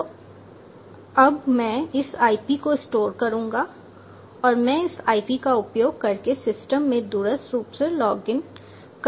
तो अब मैं इस IP को स्टोर करूंगा और मैं इस IP का उपयोग करके सिस्टम में दूरस्थ रूप से लॉगिन कर सकता हूं